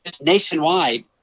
nationwide